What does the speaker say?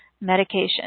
medication